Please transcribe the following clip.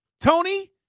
Tony